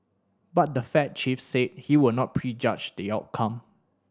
but the Fed chief said he would not prejudge the outcome